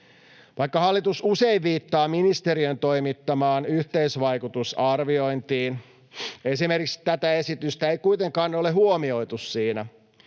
Vaikka hallitus usein viittaa ministeriön toimittamaan yhteisvaikutusarviointiin, esimerkiksi tätä esitystä ei kuitenkaan ole huomioitu siinä